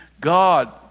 God